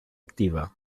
activa